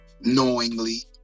knowingly